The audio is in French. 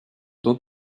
dans